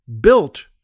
built